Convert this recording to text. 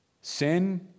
Sin